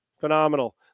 Phenomenal